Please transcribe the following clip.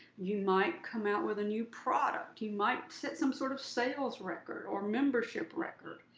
you might come out with a new product. you might set some sort of sales record or membership record.